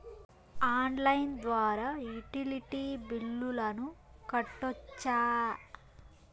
Online ద్వారా utility బిల్లులను కట్టొచ్చా?